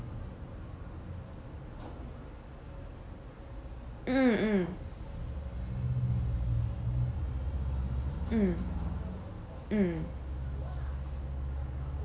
mm mm mm mm